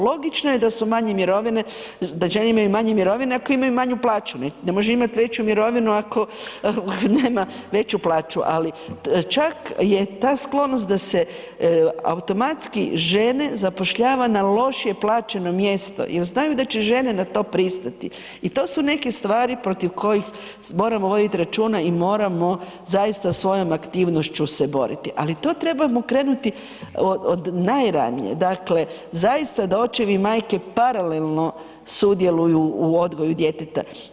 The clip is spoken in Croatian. Logično je da su manje mirovine, da žene imaju manje mirovine ako imaju manju plaću ne, ne može imat veću mirovinu ako nema veću plaću, ali čak je ta sklonost da se automatski žene zapošljava na lošije plaćeno mjesto jel znaju da će žene na to pristati i to su neke stvari protiv kojih moramo vodit računa i moramo zaista se svojom aktivnošću se boriti, ali to trebamo krenuti od najranije, dakle zaista da očevi i majke paralelno sudjeluju u odgoju djeteta.